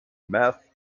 meth